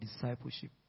discipleship